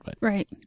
Right